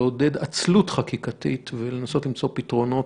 לעודד עצלות חקיקתית ולנסות למצוא פתרונות,